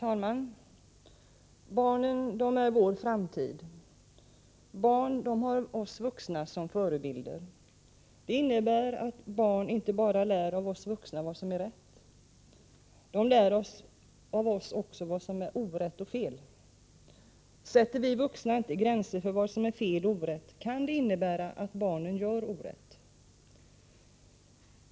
Herr talman! Barnen är vår framtid. Barn har oss vuxna som förebilder. Det innebär att barn inte bara lär av oss vuxna vad som är rätt, de lär av oss också vad som är orätt och fel. Sätter vi vuxna inte gränser för vad som är fel och orätt, kan det innebära att barnen gör orätt.